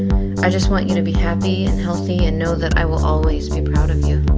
i just want you to be happy and healthy, and know that i will always be proud of you.